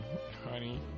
Honey